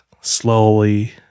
slowly